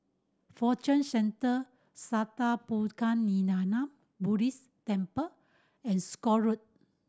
Fortune Centre Sattha Puchaniyaram Buddhist Temple and Scott Road